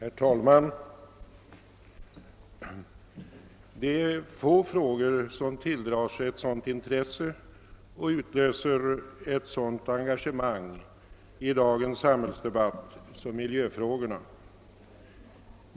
Herr talman! Det är få frågor som tilldrar sig ett sådant intresse och utlöser ett sådant engagemang i dagens samhällsdebatt som miljöfrågorna.